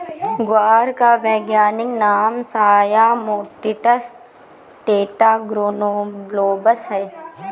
ग्वार का वैज्ञानिक नाम साया मोटिसस टेट्रागोनोलोबस है